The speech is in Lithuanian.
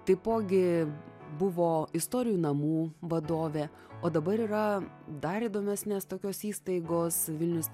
taipogi buvo istorijų namų vadovė o dabar yra dar įdomesnės tokios įstaigos vilnius